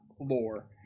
lore